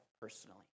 personally